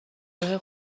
راه